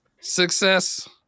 success